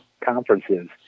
conferences